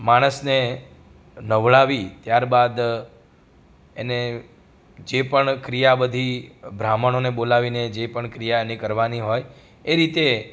માણસને નવડાવી ત્યારબાદ એને જે પણ ક્રિયા બધી બ્રાહ્મણોને બોલાવીને જે પણ ક્રિયા એની કરવાની હોય એ રીતે